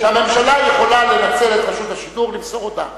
שהממשלה יכולה לנצל את רשות השידור למסור הודעה.